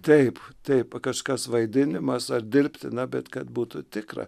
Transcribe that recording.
taip taip kažkas vaidinimas ar dirbtina bet kad būtų tikra